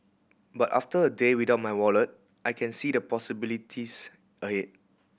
but after a day without my wallet I can see the possibilities ahead